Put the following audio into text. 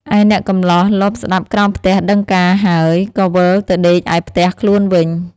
ឯអ្នកកម្លោះលបស្តាប់ក្រោមផ្ទះដឹងការហើយ ក៏វិលទៅដេកឯផ្ទះខ្លួនវិញ។